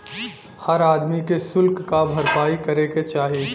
हर आदमी के सुल्क क भरपाई करे के चाही